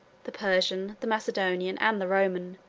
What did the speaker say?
the persian, the macedonian, and the roman,